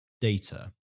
data